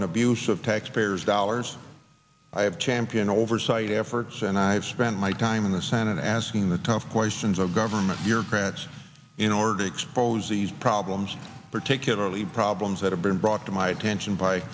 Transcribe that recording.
and abuse of taxpayers dollars i have championed oversight efforts and i've spent my time in the senate asking the tough questions of government bureaucrats in order to expose these problems particularly problems that have been brought to my attention by